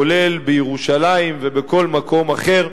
כולל בירושלים ובכל מקום אחר,